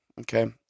Okay